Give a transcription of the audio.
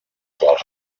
quals